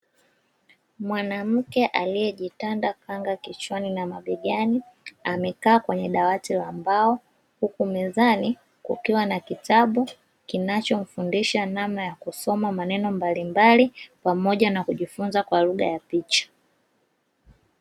Mwanamke aliyejitanda kanga kichwani ba mabegani amekaa kwenye dawati la mbao, na huku mezani kukiwa na kitabu kinacho mfundisha namna ya kusoma maneno mbalimbali pamoja na kujifunza kwa lugha ya picha.